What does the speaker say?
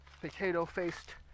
potato-faced